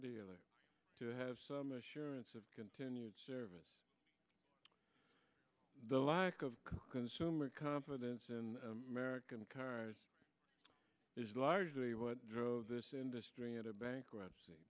dealer to have some assurance of continued service the lack of consumer confidence in american cars is largely what drove this industry into bankruptcy